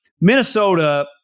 Minnesota